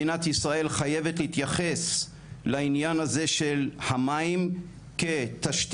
מדינת ישראל חייבת להתייחס לעניין הזה של המים כתשתית